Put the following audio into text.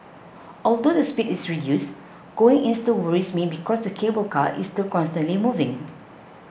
although the speed is reduced going in still worries me because the cable car is still constantly moving